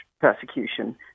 persecution